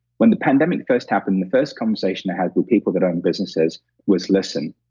when the pandemic first happened, the first conversation i had with people that are in businesses was, listen,